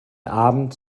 abend